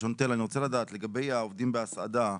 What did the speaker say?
שונטל, אני רוצה לדעת, לגבי העובדים בהסעדה.